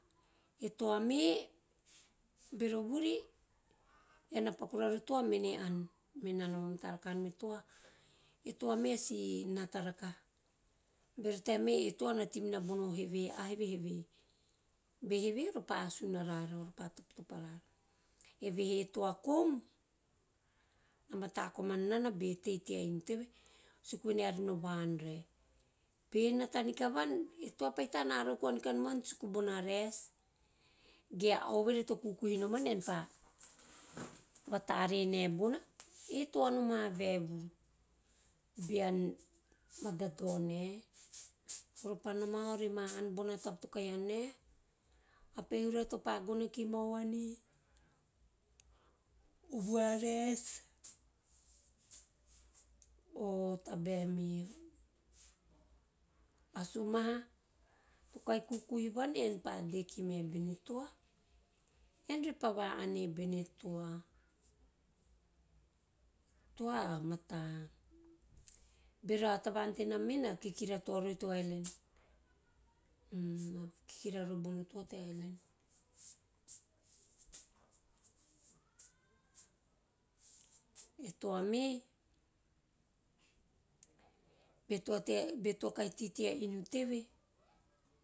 E toa me bero vuri eara na paku rara e toa mene ann. Bean nn vamata rakaha nom e toa, e toa me a si nata rakaha, bero taem me e toa na tei minana bono heve, e toa a heveheve rakaha, be heve heve ore pa asun arara, ore pa topitopi arara. Evehe toa kou na mata komana nana be tei tea inu teve suku venei, are no va ann re, be nata nikavan e toa pahita na arau koa nikanomaivan suku bona rais ge a oveve to kukuhi toman, ean pa vatare ne bona, e toa noma vaevuru bean vadadao ne, ore pa noma, ore ma ann bona taba to kahi ma ann ne, o pehura topa de kimau an e, o vua rice or tabae me a suma to kahi kukuhiivan ean pa de kime bene toa ean repa va an e bene toa. E toa a mata, bero a tavan tenam me na kikira to rori teo island - na kikira rori bono toa teo island, e toa me, be koa kahi tei tea inu teve.